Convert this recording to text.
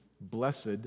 blessed